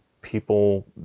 People